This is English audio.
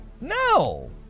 no